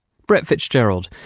brett fitzgerald.